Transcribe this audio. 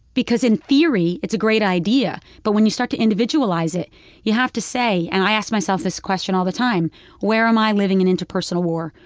because in theory it's a great idea, but when you start to individualize it you have to say and i ask myself this question all the time where am i living an interpersonal war?